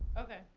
okay.